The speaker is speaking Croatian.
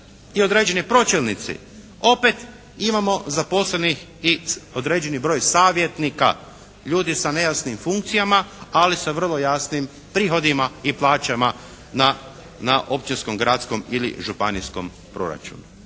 i određeni pročelnici opet imamo zaposlenih i određeni broj savjetnika. Ljude sa nejasnim funkcijama ali sa vrlo jasnim prihodima i plaćama na općinskom, gradskom ili županijskom proračunu.